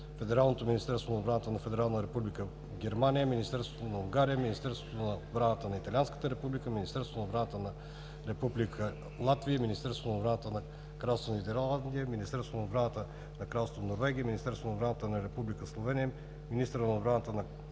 Федералното министерство на отбраната на Федерална република Германия, Министерството на отбраната на Унгария, Министерството на отбраната на Италианската република, Министерството на отбраната на Република Латвия, Министерството на отбраната на Кралство Нидерландия, Министерството на отбраната на Кралство Норвегия, Министерството на отбраната на Република Словения, министъра на отбраната на Кралство Испания, Правителството на Кралство Швеция,